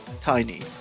tiny